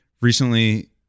recently